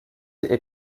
est